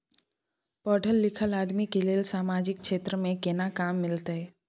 पढल लीखल आदमी के लेल सामाजिक क्षेत्र में केना काम मिलते?